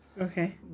okay